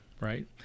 right